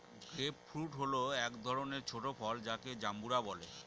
grape fruit হল এক ধরনের ছোট ফল যাকে জাম্বুরা বলে